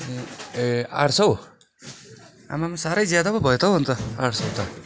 ए ए आठ सय आम्मै हो साह्रै ज्यादा पो भयो त हौ अन्त आठ सय त